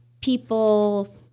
people